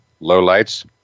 lowlights